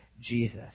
Jesus